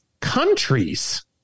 countries